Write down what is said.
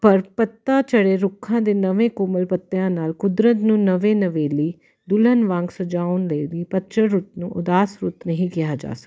ਪਰ ਪੱਤਾ ਝੜੇ ਰੁੱਖਾਂ ਦੇ ਨਵੇਂ ਕੋਮਲ ਪੱਤਿਆਂ ਨਾਲ ਕੁਦਰਤ ਨੂੰ ਨਵੇ ਨਵੇਲੀ ਦੁਲਹਨ ਵਾਂਗ ਸਜਾਉਣ ਲਈ ਵੀ ਪਤਝੜ ਰੁੱਤ ਨੂੰ ਉਦਾਸ ਰੁੱਤ ਨਹੀਂ ਕਿਹਾ ਜਾ ਸਕਦਾ